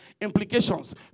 implications